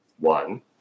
one